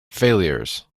failures